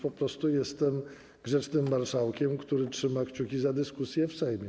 Po prostu jestem grzecznym marszałkiem, który trzyma kciuki za dyskusję w Sejmie.